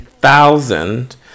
thousand